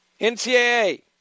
NCAA